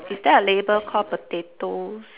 is there a label call potatoes